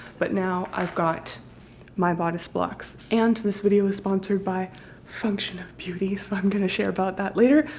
but now i've got my bodice blocks and this video is sponsored by function of beauty so i'm going to share about that later.